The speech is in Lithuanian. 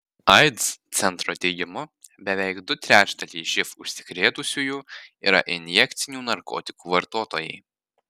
aids centro teigimu beveik du trečdaliai živ užsikrėtusiųjų yra injekcinių narkotikų vartotojai